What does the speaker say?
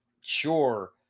sure